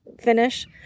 finish